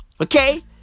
Okay